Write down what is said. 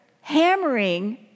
hammering